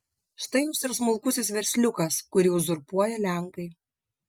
štai jums ir smulkusis versliukas kurį uzurpuoja lenkai